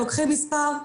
לוקחים מספר,